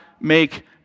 make